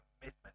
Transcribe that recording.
commitment